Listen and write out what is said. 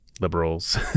liberals